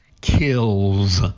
kills